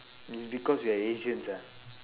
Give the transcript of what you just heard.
it's because we are asians ah